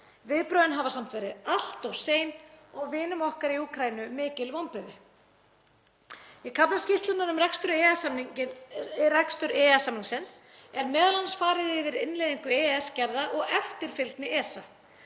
Viðbrögðin hafa samt verið allt of sein og vinum okkar í Úkraínu mikil vonbrigði. Í kafla skýrslunnar um rekstur EES samningsins er m.a. farið yfir innleiðingu EES-gerða og eftirfylgni ESA.